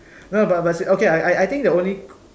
no but but okay but I I think the only